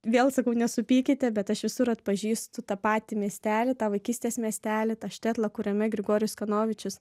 vėl sakau nesupykite bet aš visur atpažįstu tą patį miestelį tą vaikystės miestelį tą štetlą kuriame grigorijus kanovičius